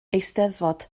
eisteddfod